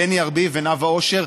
בני ארביב ונאוה אושר.